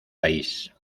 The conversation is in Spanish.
país